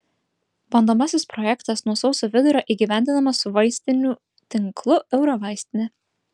bandomasis projektas nuo sausio vidurio įgyvendinamas su vaistinių tinklu eurovaistinė